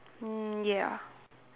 mm ya